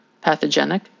pathogenic